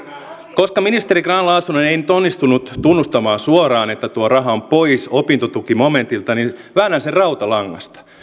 koska ministeri grahn laasonen ei nyt onnistunut tunnustamaan suoraan että tuo raha on pois opintotukimomentilta niin väännän sen rautalangasta